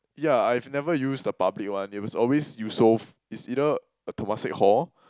yeah I've never used the public one it was always Yusoff is either Temasek Hall